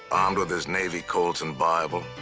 armed with his navy colt and bible,